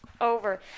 over